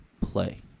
play